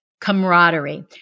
camaraderie